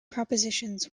propositions